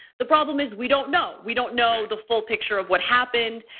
the problem is, we don't know. we don't know the full picture of what happened.